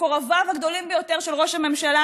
מקורביו הגדולים ביותר של ראש הממשלה,